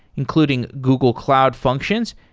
including google cloud functions,